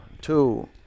two